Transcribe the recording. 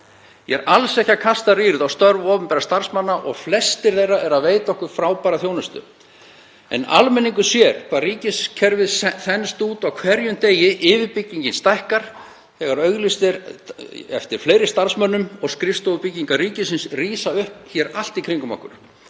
Ég er alls ekki að kasta rýrð á störf opinberra starfsmanna og flestir þeirra eru að veita okkur frábæra þjónustu. En almenningur sér hvað ríkiskerfið þenst út á hverjum degi, yfirbyggingin stækkar þegar auglýst er eftir fleiri starfsmönnum og skrifstofubyggingar ríkisins rísa upp hér allt í kringum okkur.